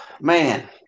Man